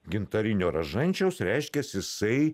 gintarinio ražančiaus reiškias jisai